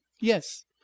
yes